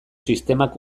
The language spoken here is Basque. sistemak